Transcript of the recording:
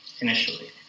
initially